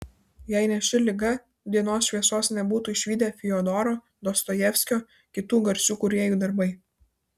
jei ne ši liga dienos šviesos nebūtų išvydę fiodoro dostojevskio kitų garsių kūrėjų darbai